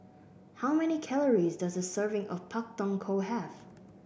how many calories does a serving of Pak Thong Ko have